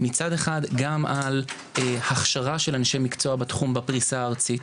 מצד אחד גם על הכשרה של אנשי מקצוע בתחום בפריסה הארצית.